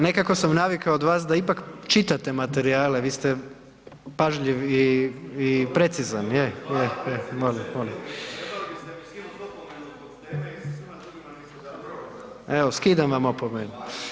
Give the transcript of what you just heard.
Nekako sam navikao od vas da ipak čitate materijale, vi ste pažljiv i precizan. ... [[Upadica se ne čuje.]] Evo, skidam vam opomenu.